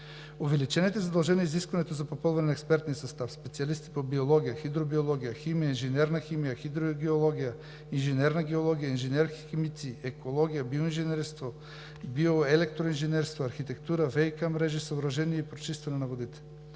Увеличените задължения и изискването за попълване на експертния състав – специалисти по биология, хидробиология, химия, инженерна химия, хидрогеология, инженерна геология, инженер-химици, екология, биоинженерство, биоелектроинженерство, архитектура, ВиК мрежи и съоръжения и прочистване на водите,